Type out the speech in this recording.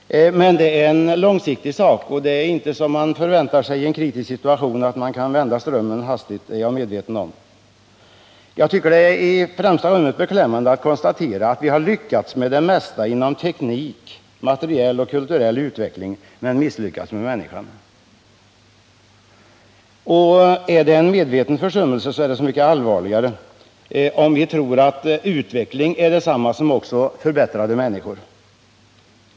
Men det är frågor som är mycket långsiktiga, och man kan inte förvänta sig att i en kritisk situation hastigt kunna vända utvecklingen — det är jag medveten om. Jag tycker emellertid att det är beklämmande att behöva konstatera att vi har lyckats med det mesta inom tekniken och när det gäller materiell och kulturell utveckling men att vi har misslyckats med människan. Om det är fråga om en medveten försummelse så är det så mycket allvarligare. Likaså om vi tror att utveckling är detsamma som förbättrade människor.